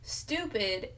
stupid